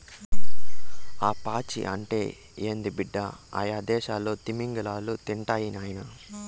ఆ పాచి అంటే ఏంది బిడ్డ, అయ్యదేసాల్లో తిమింగలాలు తింటాయి నాయనా